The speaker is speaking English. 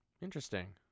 Interesting